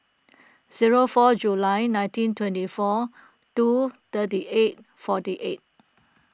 zero four July nineteen twenty four two thirty eight forty eight